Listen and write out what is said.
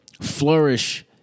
flourish